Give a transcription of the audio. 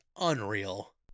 unreal